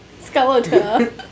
Skeletor